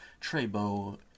Trebo